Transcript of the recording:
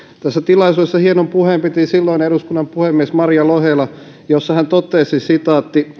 tässä tilaisuudessa piti silloinen eduskunnan puhemies maria lohela hienon puheen jossa hän totesi